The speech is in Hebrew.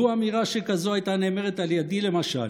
לו אמירה שכזאת הייתה נאמרת על ידי, למשל,